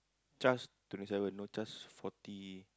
charge twenty seven no charge forty